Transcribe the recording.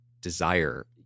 desire